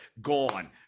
gone